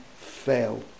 fail